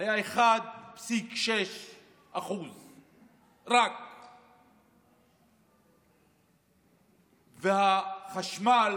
היה רק 1.6%. החשמל